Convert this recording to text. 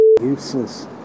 Useless